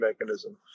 mechanism